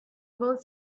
both